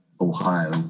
Ohio